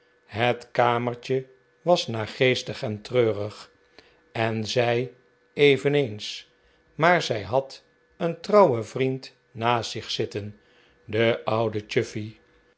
het kamertje was naargeestig en treurig en zij eveneens maar zij had een trouwen vriend naast zich zitten de oude